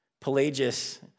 Pelagius